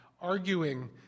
arguing